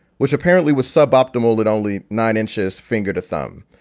which apparently was suboptimal that only nine inches fingered a thumb.